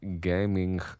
gaming